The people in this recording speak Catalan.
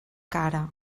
cara